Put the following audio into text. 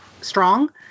strong